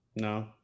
No